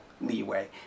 leeway